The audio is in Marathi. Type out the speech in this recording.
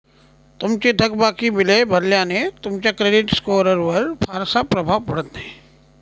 तुमची थकबाकी बिले भरल्याने तुमच्या क्रेडिट स्कोअरवर फारसा प्रभाव पडत नाही